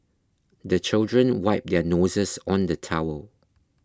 the children wipe their noses on the towel